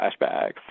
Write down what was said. flashbacks